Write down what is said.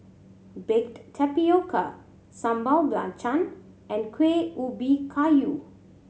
baked tapioca sambal and Kueh Ubi Kayu